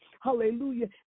hallelujah